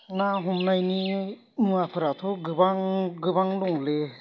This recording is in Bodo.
ना हमनायनि मुवाफोराथ' गोबां गोबां दंलै